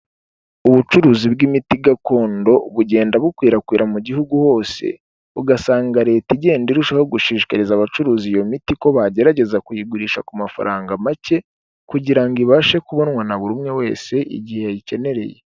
Ubucuruzi bw'imiti gakondo bugenda bukwirakwira mu gihugu hose, ugasanga leta igenda irushaho gushishikariza abacuruza iyo miti ko bagerageza kuyigurisha ku mafaranga make, kugirango ibashe kubonwa na buri umwe wese igihe ayikeneye.